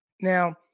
Now